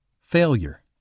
Failure